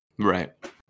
right